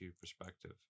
perspective